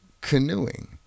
canoeing